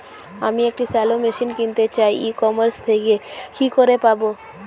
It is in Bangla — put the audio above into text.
আমি একটি শ্যালো মেশিন কিনতে চাই ই কমার্স থেকে কি করে পাবো?